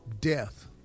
death